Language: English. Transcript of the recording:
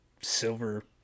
silver